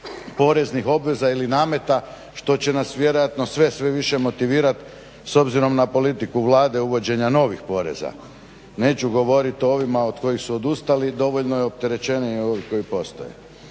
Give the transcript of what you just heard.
poreznih obveza ili nameta što će nas vjerojatno sve, sve više motivirat s obzirom na politiku Vlade uvođenja novih poreza. Neću govorit o ovima od kojih su odustali, dovoljno je opterećenje i ovi koji postoje.